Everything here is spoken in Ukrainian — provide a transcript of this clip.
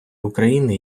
україни